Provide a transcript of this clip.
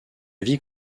vie